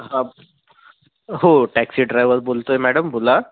हां हो taxi driver बोलतो आहे मॅडम बोला